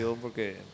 Porque